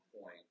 point